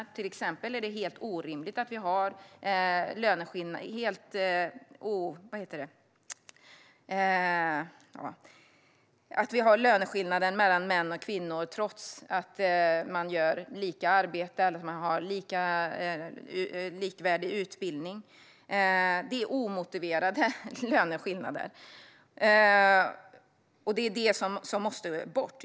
Det är till exempel helt orimligt att det är löneskillnader mellan män och kvinnor, trots att de gör ett likvärdigt arbete eller har en likvärdig utbildning. Det är omotiverade löneskillnader. Det är det som måste bort.